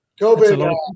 COVID